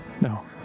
No